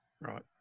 Right